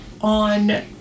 on